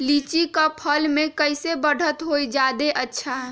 लिचि क फल म कईसे बढ़त होई जादे अच्छा?